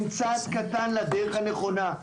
הן צעד קטן לדרך הנכונה.